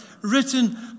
written